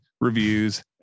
reviews